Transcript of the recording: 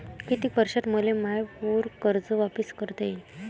कितीक वर्षात मले माय पूर कर्ज वापिस करता येईन?